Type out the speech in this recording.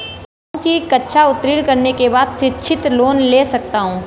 कौनसी कक्षा उत्तीर्ण करने के बाद शिक्षित लोंन ले सकता हूं?